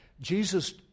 Jesus